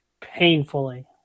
painfully